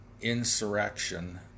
insurrection